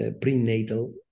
prenatal